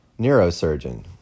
neurosurgeon